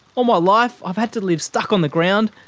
all my life i've had to live stuck on the ground.